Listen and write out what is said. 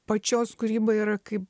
pačios kūryba yra kaip